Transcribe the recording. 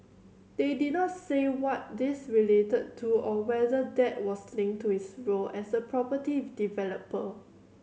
they did not say what these related to or whether that was linked to his role as a property developer